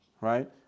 Right